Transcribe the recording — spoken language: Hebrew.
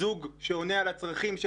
זוג שעונה על הצרכים,